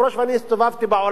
ואני הסתובבתי בעולם,